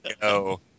go